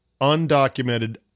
undocumented